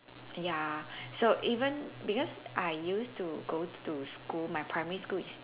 ya so even because I used to go to school my primary school is